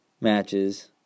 matches